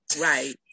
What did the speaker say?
Right